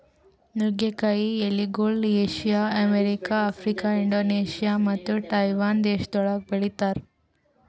ನುಗ್ಗೆ ಕಾಯಿ ಎಲಿಗೊಳ್ ಏಷ್ಯಾ, ಅಮೆರಿಕ, ಆಫ್ರಿಕಾ, ಇಂಡೋನೇಷ್ಯಾ ಮತ್ತ ತೈವಾನ್ ದೇಶಗೊಳ್ದಾಗ್ ಬೆಳಿತಾರ್